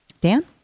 dan